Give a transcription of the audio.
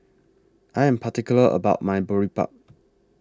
I Am particular about My Boribap